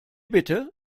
bitte